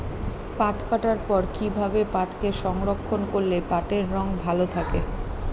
পাট কাটার পর কি ভাবে পাটকে সংরক্ষন করলে পাটের রং ভালো থাকে?